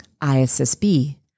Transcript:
ISSB